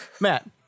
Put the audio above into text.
Matt